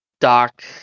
Doc